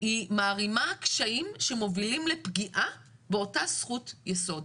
היא מערימה קשיים שמובילים לפגיעה באותה זכות יסוד.